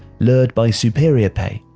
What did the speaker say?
lured by superior pay.